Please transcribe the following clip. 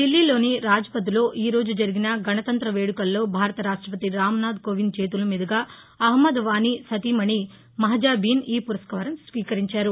ఢిల్లీలోని రాజ్పథ్లో ఈ రోజు జరిగిన గణతంత్ర్య వేడుకల్లో భారత రాష్టపతి రాంనాథ్ కోవింద్ చేతులమీదుగా అహ్మద్ వానీ సతీమణి మహజబీన్ ఈ పురస్మారం స్వీకరించారు